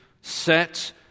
set